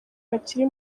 bakiri